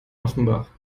offenbach